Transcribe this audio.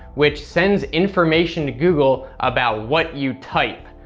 which sends information to google about what you type.